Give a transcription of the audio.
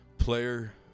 player